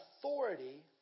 authority